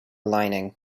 lining